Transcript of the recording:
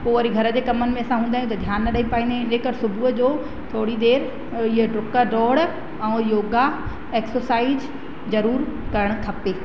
पोइ वरी घर जे कम में असां हूंदा आहियूं त ध्यानु न ॾेई पाईंदा आहियूं की सुबुह जो थोरी देरि उहो ईअं डुक डोड़ ऐं योगा एक्सरसाइज़ ज़रूरु करणु खपे